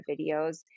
videos